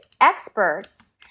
experts